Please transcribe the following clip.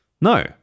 No